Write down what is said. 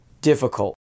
difficult